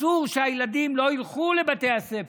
שאסור שהילדים לא ילכו לבתי הספר,